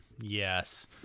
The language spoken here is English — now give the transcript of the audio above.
yes